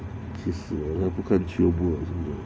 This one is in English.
去死啦我都不看 chiobu lah 做么